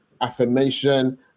affirmation